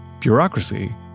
bureaucracy